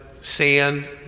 Sand